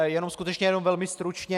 Jenom skutečně velmi stručně.